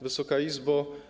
Wysoka Izbo!